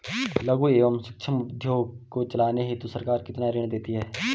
लघु एवं सूक्ष्म उद्योग को चलाने हेतु सरकार कितना ऋण देती है?